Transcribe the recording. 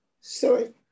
sorry